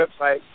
website